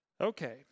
Okay